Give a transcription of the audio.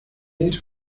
need